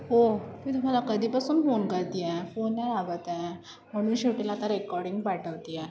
हो मी तुम्हाला कधीपासून फोन करत आहे फोन नाही लागत आहे म्हणून शेवटीला आता रेकॉर्डिंग पाठवत आहे